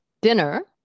Dinner